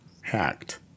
hacked